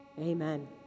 amen